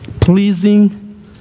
pleasing